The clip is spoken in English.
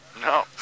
no